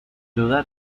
duda